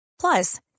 Plus